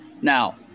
now